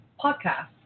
podcast